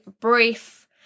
brief